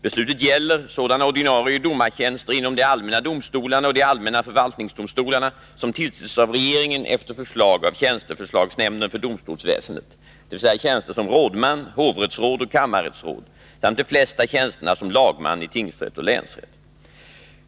Beslutet gäller sådana ordinarie domartjänster inom de allmänna domstolarna och de allmänna förvaltningsdomstolarna som tillsatts av regeringen efter förslag av tjänsteförslagsnämnden för domstolsväsendet, dvs. tjänster som rådman, hovrättsråd och kammarrättsråd samt de flesta tjänsterna som lagman i tingsrätt och länsrätt.